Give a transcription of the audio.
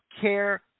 care